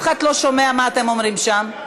אף אחד לא שומע מה אתם אומרים שם,